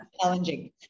challenging